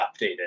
updated